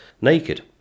naked